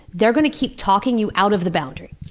they're going to keep talking you out of the boundary,